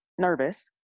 nervous